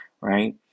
Right